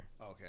Okay